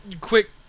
quick